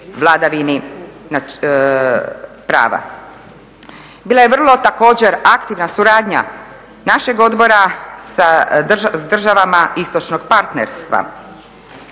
vladavini prava. Bila je vrlo također aktivna suradnja našeg odbora sa državama istočnog partnerstva